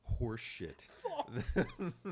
horseshit